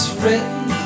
written